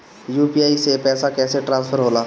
UPI से पैसा कैसे ट्रांसफर होला?